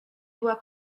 była